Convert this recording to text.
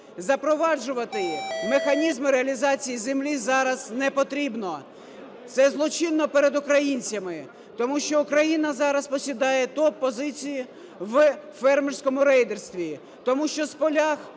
запроваджувати механізми реалізації землі зараз непотрібно. Це злочинно перед українцями. Тому що Україна зараз посідає топ-позиції в фермерському рейдерстві, тому що в полях